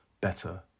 Better